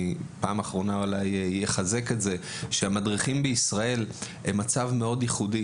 הוא שהמדריכים בישראל הם מצב מאוד ייחודי.